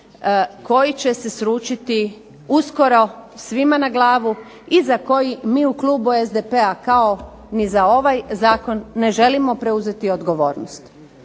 koji će se sručiti uskoro svima na glavu i za koji mi u Klubu SDP-a kao ni za ovaj Zakon ne želimo preuzeti odgovornost.